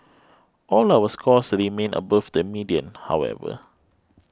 all our scores remain above the median however